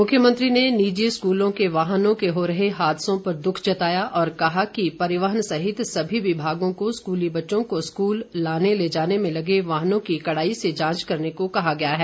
मुख्यमंत्री ने निजी स्कूलों के वाहनों के हो रहे हादसों पर दुख जताया और कहा कि परिवहन सहित सभी विभागों को स्कूली बच्चों को स्कूल लाने ले जाने में लगे वाहनों की कड़ाई से जांच करने को कहा गया है